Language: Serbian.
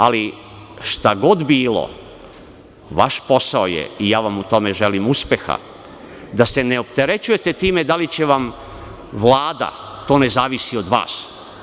Ali, šta god bilo, vaš posao je, i ja vam u tome želim uspeha, da se ne opterećujete time da li će vam Vlada, to ne zavisi od vas.